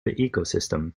ecosystem